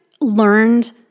learned